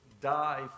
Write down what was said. die